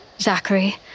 Zachary